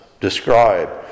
describe